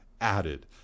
added